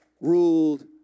ruled